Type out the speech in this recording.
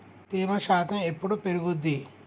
తేమ శాతం ఎప్పుడు పెరుగుద్ది?